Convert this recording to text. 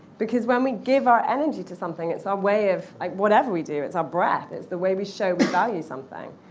because when we give our energy to something, it's our way of whatever we do. it's our breath. it's the way we show we value something.